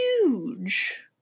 huge